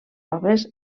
obres